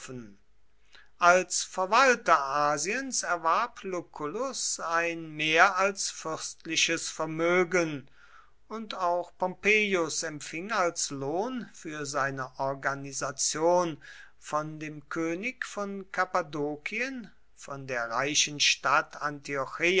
als verwalter asiens erwarb lucullus ein mehr als fürstliches vermögen und auch pompeius empfing als lohn für seine organisation von dem könig von kappadokien von der reichen stadt